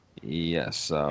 Yes